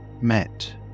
met